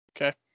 Okay